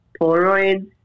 Polaroids